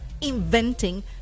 inventing